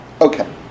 Okay